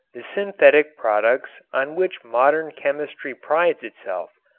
the synthetic products on which modern chemistry prides itself,